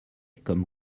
comme